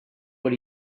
what